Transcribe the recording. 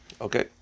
Okay